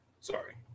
Sorry